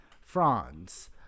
France